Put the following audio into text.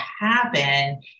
happen